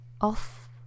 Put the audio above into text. off